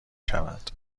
شود